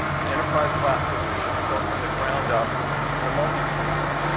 an enterprise class solution built from the ground up for the multi-screen world.